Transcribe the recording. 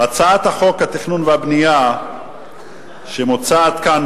הצעת החוק התכנון והבנייה שמוצעת כאן,